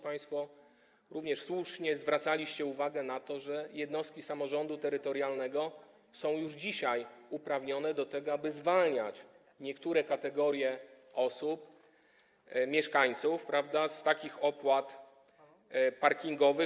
Państwo również słusznie zwracaliście uwagę na to, że jednostki samorządu terytorialnego są już dzisiaj uprawnione do tego, aby zwalniać niektóre kategorie osób, mieszkańców, z takich opłat parkingowych.